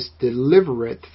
delivereth